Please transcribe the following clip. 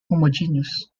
homogeneous